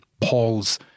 Paul's